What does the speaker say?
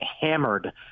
hammered